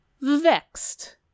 vexed